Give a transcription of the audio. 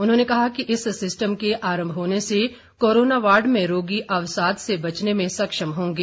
उन्होंने कहा कि इस सिस्टम के आरंभ होने से कोरोना वार्ड में रोगी अवसाद से बचने में सक्षम होंगे